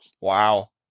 Wow